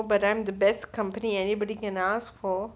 but I'm the best company anybody can ask for